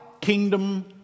kingdom